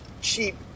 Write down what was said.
cheap